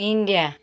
India